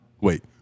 wait